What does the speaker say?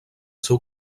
seu